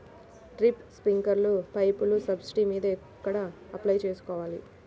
Drip, స్ప్రింకర్లు పైపులు subsidy మీద ఎక్కడ అప్లై చేసుకోవాలి?